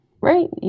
right